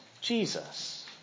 Jesus